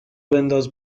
بنداز